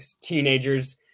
teenagers